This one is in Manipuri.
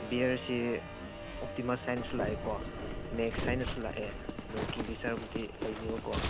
ꯕꯤꯌꯔꯁꯤ ꯑꯣꯞꯇꯤꯃꯁ ꯍꯥꯏꯅꯁꯨ ꯂꯥꯛꯑꯦꯀꯣ ꯃꯦꯛꯁ ꯍꯥꯏꯅꯁꯨ ꯂꯥꯛꯑꯦ ꯑꯗꯨ ꯀꯤꯡꯐꯤꯆꯔꯕꯨꯗꯤ ꯂꯩꯅꯦꯕꯀꯣ